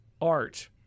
art